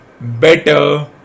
better